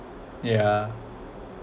yeah